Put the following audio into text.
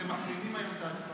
אתם מחרימים היום את ההצבעות.